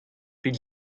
pet